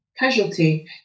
Casualty